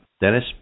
Dennis